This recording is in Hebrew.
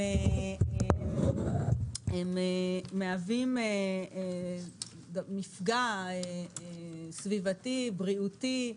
הם מהווים מפגע סביבתי, בריאותי,